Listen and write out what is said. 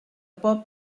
pot